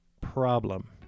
problem